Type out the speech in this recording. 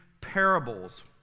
parables